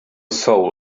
soul